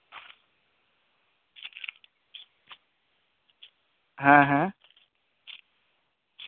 ᱦᱮᱸ ᱦᱮᱸ